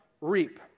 reap